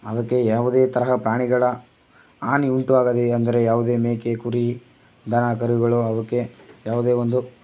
ಅವುಕ್ಕೆ ಯಾವುದೇ ತರಹ ಪ್ರಾಣಿಗಳ ಹಾನಿ ಉಂಟು ಆಗದೇ ಅಂದರೆ ಯಾವುದೇ ಮೇಕೆ ಕುರಿ ದನ ಕರುಗಳು ಅವುಕ್ಕೆ ಯಾವುದೇ ಒಂದು